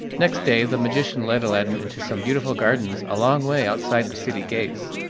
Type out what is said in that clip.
next day the magician led aladdin into some beautiful gardens a long way outside the city gates.